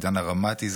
עידן הרמתי,